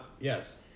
yes